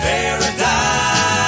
Paradise